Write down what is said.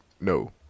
no